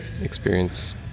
experience